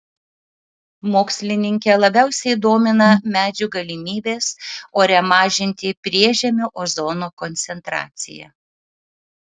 mokslininkę labiausiai domina medžių galimybės ore mažinti priežemio ozono koncentraciją